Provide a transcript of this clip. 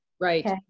Right